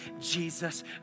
Jesus